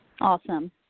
Awesome